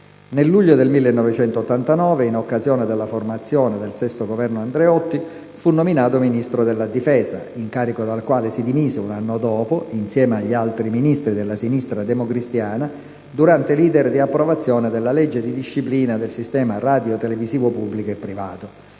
Nel luglio del 1989, in occasione della formazione del VI Governo Andreotti, fu nominato Ministro della difesa, incarico dal quale si dimise, un anno dopo, insieme agli altri Ministri della sinistra democristiana, durante l'*iter* di approvazione della legge di disciplina del sistema radiotelevisivo pubblico e privato.